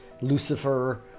Lucifer